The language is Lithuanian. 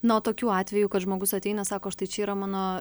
na o tokių atvejų kad žmogus ateina sako štai čia yra mano